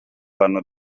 vanno